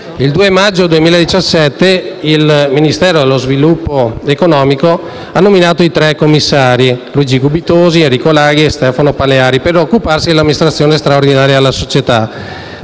Il 2 maggio 2017 il Ministero per lo sviluppo economico ha nominato i tre commissari Luigi Gubitosi, Enrico Laghi e Stefano Paleari per occuparsi dell'amministrazione straordinaria della società.